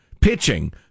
pitching